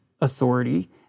authority